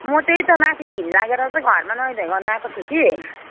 म त्यही त माथि घिन लागेर चाहिँ घरमा नुहाईधुहाई गर्न आएको छु कि